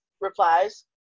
replies